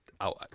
out